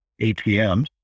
ATMs